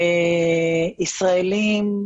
ישראלים,